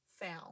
found